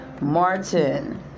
Martin